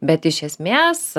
bet iš esmės